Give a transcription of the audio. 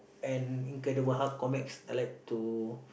and incredible hulk comics I like to